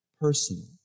personal